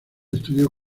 estudió